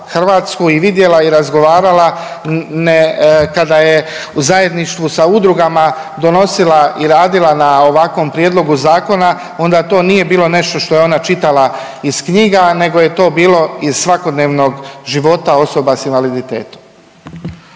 Hrvatsku i vidjela i razgovarala, kada je u zajedništvu sa udrugama donosila i radila na ovakvom prijedlogu zakona onda to nije bilo nešto što je ona čitala iz knjiga nego je to bilo iz svakodnevnog života osoba s invaliditetom.